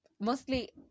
Mostly